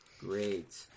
Great